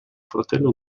fratello